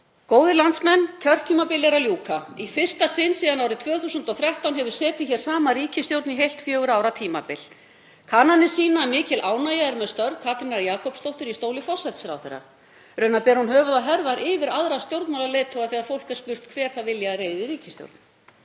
Góðir landsmenn. Kjörtímabili er að ljúka. Í fyrsta sinn síðan árið 2013 hefur setið hér sama ríkisstjórn í heilt fjögurra ára kjörtímabil. Kannanir sýna að mikil ánægja er með störf Katrínar Jakobsdóttur í stóli forsætisráðherra. Raunar ber hún höfuð og herðar yfir aðra stjórnmálaleiðtoga þegar fólk er spurt hver það vilji að leiði ríkisstjórn.